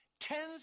Tens